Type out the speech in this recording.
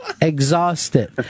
exhausted